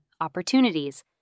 opportunities